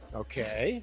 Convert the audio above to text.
okay